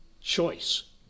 choice